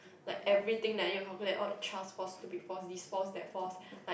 like everything that you need to calculate all the charges for stupid false this false that false like